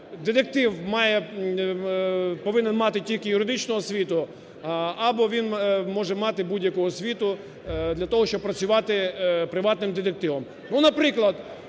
детектив має… повинен мати тільки юридичну освіту або він може мати будь-яку освіту для того, щоб працювати приватним детективом.